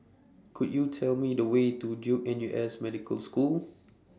Could YOU Tell Me The Way to Duke N U S Medical School